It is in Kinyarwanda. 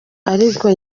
ariko